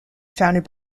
founded